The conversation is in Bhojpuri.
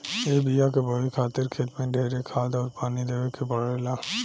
ए बिया के बोए खातिर खेत मे ढेरे खाद अउर पानी देवे के पड़ेला